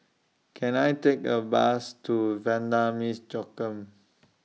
Can I Take A Bus to Vanda Miss Joaquim